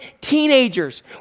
teenagers